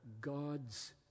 God's